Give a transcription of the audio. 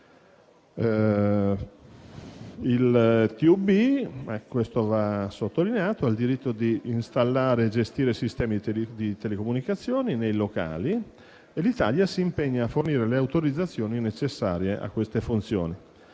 - ha il diritto di installare e gestire sistemi di telecomunicazioni nei locali. L'Italia si impegna a fornire le autorizzazioni necessarie a queste funzioni.